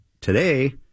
today